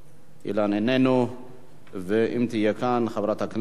ואם תהיה כאן, חברת הכנסת אורלי לוי אבקסיס.